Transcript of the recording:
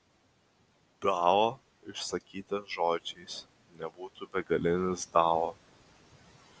dao išsakytas žodžiais nebūtų begalinis dao